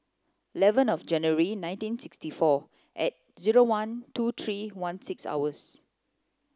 eleven of January nineteen sixty four at zero one two three one six hours